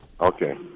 Okay